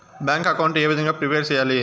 Bank account ఏ విధంగా prepare సెయ్యాలి?